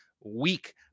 weak